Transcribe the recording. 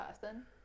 person